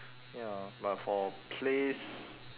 ya but for place